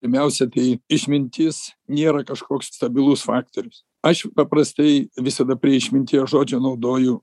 pirmiausia tai išmintis nėra kažkoks stabilus faktorius aš paprastai visada prie išminties žodžio naudoju